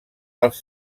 els